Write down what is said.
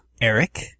Eric